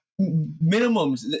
minimums